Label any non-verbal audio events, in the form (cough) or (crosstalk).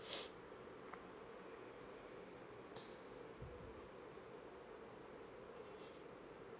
(breath)